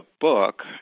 book